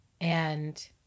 And-